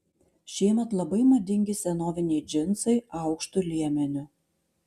šiemet labai madingi senoviniai džinsai aukštu liemeniu